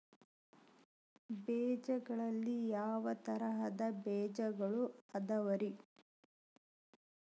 ಬೇಜಗಳಲ್ಲಿ ಯಾವ ತರಹದ ಬೇಜಗಳು ಅದವರಿ?